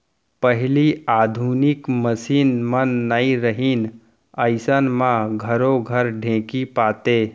पहिली आधुनिक मसीन मन नइ रहिन अइसन म घरो घर ढेंकी पातें